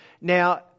now